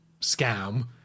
scam